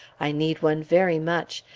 i need one very much,